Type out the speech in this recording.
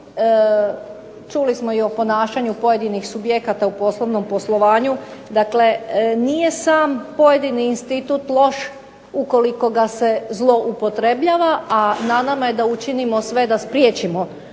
Čuli smo i o ponašanju pojedinih subjekata u poslovnom poslovanju, dakle nije sam pojedini institut loš ukoliko ga se zloupotrebljava, a na nama je da učinimo sve da spriječimo tu zloupotrebu,